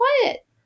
quiet